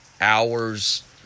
hours